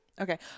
Okay